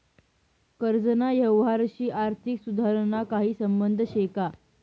कर्जना यवहारशी आर्थिक सुधारणाना काही संबंध शे का?